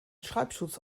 schreibschutz